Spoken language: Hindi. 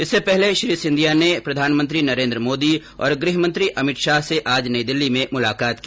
इससे पहले श्री सिंधिया ने प्रधानमंत्री नरेन्द्र मोदी और गृह मंत्री अमित शाह से आज नई दिल्ली में मुलाकात की